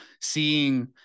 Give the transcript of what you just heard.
seeing